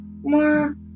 more